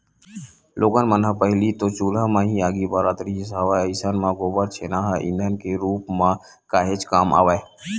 लोगन मन ह पहिली तो चूल्हा म ही आगी बारत रिहिस हवय अइसन म गोबर छेना ह ईधन के रुप म काहेच काम आवय